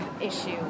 issue